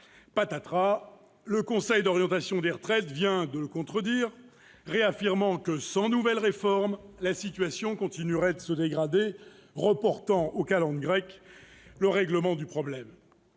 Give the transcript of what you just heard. patatras ! Le Conseil d'orientation des retraites vient de le contredire, réaffirmant que, sans nouvelle réforme, la situation continuerait de se dégrader, ce qui reporte aux calendes grecques le règlement du problème.